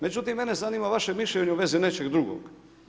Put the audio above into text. Međutim, mene zanima vaše mišljenje u vezi nečeg drugog.